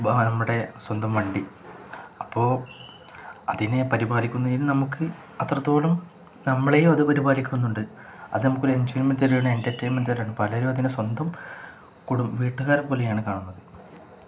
നമ്മുടെ സ്വന്തം വണ്ടി അപ്പോള് അതിനെ പരിപാലിക്കുന്നതിനു നമുക്ക് അത്രത്തോളം നമ്മളെയും അതു പരിപാലിക്കുന്നുണ്ട് അതു നമുക്കൊരു എൻജോയ്മെന്റ് തരികയാണ് എന്റര്ടെയ്ന്മെന്റ് തരുന്നുണ്ട് പലരും അതിനെ സ്വന്തം വീട്ടുകാരെപ്പോലെയാണു കാണുന്നത്